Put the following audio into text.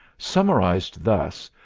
summarized thus,